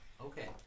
Okay